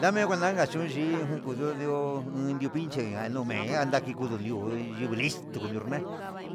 Dame nguananka chuyi najiun kondu ndio nunju pinche ja numee naduio ndi'ó kuu nu ixter nunguna